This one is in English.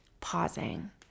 pausing